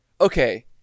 okay